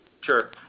Sure